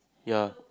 ya